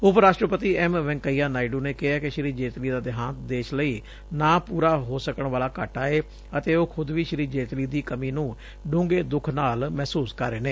ਉੱਪ ਰਾਸ਼ਟਪਤੀ ਐਮ ਵੈਂਕੇਆ ਨਾਇਡੁ ਨੇ ਕਿਹਾ ਕਿ ਸ਼ੀ ਜੇਤਲੀ ਦਾ ਦੇਹਾਂਡ ਦੇਸ਼ ਲਈ ਨਾ ਪੂਰਾ ਹੋ ਸਕਣ ਵਾਲਾ ਘਾਟਾ ਏ ਤੇ ਉਹ ਖੁਦ ਵੀ ਸ਼ੀ ਜੇਤਲੀ ਦੀ ਕਮੀ ਨੂੰ ਡੂੰਘੇ ਦੁਖ ਨਾਲ ਮਹਿਸੁਸ ਕਰ ਰਹੇ ਨੇ